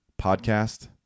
Podcast